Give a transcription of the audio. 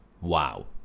Wow